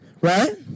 right